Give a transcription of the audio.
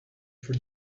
for